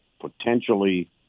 potentially